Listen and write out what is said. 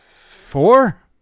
four